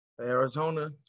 Arizona